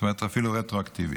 זאת אומרת אפילו רטרואקטיבית.